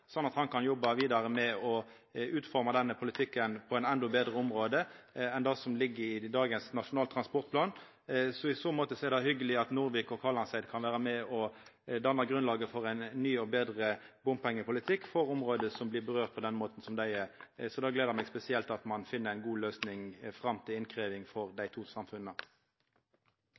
at han kan jobba vidare med å utforma denne politikken på ein endå betre måte enn det som ligg i dagens Nasjonal transportplan. I så måte er det hyggeleg at Nordvik og Kalandseid kan vera med og danna grunnlaget for ein ny og betre bompengepolitikk for område som blir berørte på ein slik måte som dei er. Så det gler meg spesielt at ein finn ei god løysing fram til innkrevjing for dei